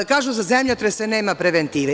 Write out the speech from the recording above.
Kažu za zemljotrese, nema preventive.